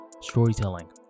storytelling